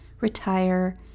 retire